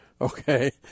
okay